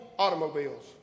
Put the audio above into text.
automobiles